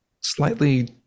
slightly